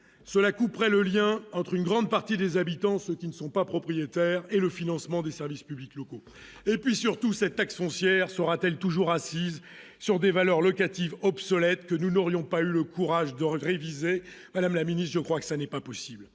cela couperait le lien entre une grande partie des habitants, ce qui ne sont pas propriétaires et le financement des services publics locaux et puis surtout, cette taxe foncière sera-t-elle toujours assis sur des valeurs locatives obsolètes, que nous n'aurions pas eu le courage de le réviser madame la Mini, je crois que ça n'est pas possible